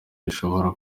ishobora